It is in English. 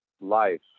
life